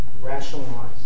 rationalize